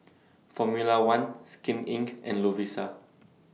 Formula one Skin Inc and Lovisa